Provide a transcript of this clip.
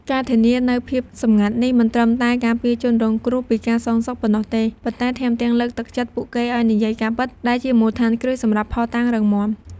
ការធានានូវភាពសម្ងាត់នេះ មិនត្រឹមតែការពារជនរងគ្រោះពីការសងសឹកប៉ុណ្ណោះទេ ប៉ុន្តែថែមទាំងលើកទឹកចិត្តពួកគេឲ្យនិយាយការពិត ដែលជាមូលដ្ឋានគ្រឹះសម្រាប់ភស្តុតាងរឹងមាំ។